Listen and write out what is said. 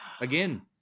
again